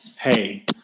hey